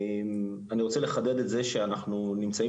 אני רוצה לחדד את זה שאנחנו נמצאים